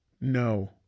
No